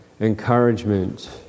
encouragement